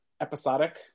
episodic